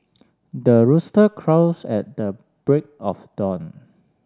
the rooster crows at the break of dawn